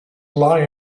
lie